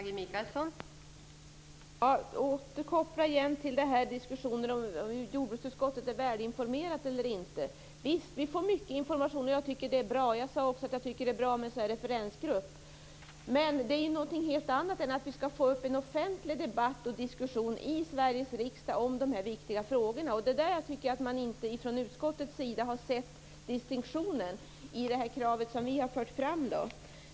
Fru talman! Jag vill återigen koppla till diskussionen om huruvida jordbruksutskottet är välinformerat eller inte. Visst får vi mycket information, och det tycker jag är bra. Jag sade också att jag tycker att det är bra med en referensgrupp. Men det är någonting helt annat än att få en offentlig debatt och diskussion i Sveriges riksdag om de här viktiga frågorna. Det är den distinktionen jag inte tycker att man har sett från utskottets sida i det krav som vi har fört fram.